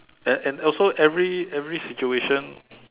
and and also every every situation